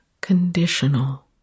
conditional